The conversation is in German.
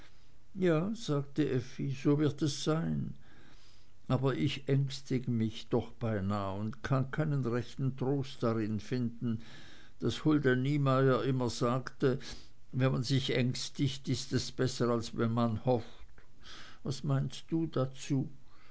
ja sagte effi so wird es sein aber ich ängstige mich doch beinah und kann keinen rechten trost darin finden daß hulda niemeyer immer sagte wenn man sich ängstigt ist es besser als wenn man hofft was meinst du dazu